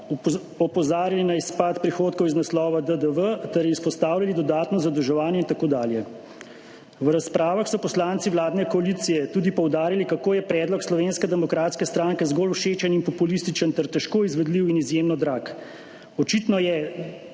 opozarjali na izpad prihodkov iz naslova DDV ter izpostavljali dodatno zadolževanje in tako dalje. V razpravah so poslanci vladne koalicije tudi poudarili, kako je predlog Slovenske demokratske stranke zgolj všečen in populističen ter težko izvedljiv in izjemno drag. Očitno je,